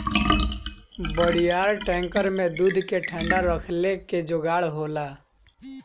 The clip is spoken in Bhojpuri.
बड़ियार टैंकर में दूध के ठंडा रखले क जोगाड़ होला